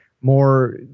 more